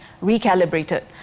recalibrated